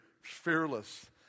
fearless